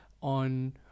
on